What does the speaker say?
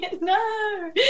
no